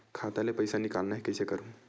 खाता ले पईसा निकालना हे, कइसे करहूं?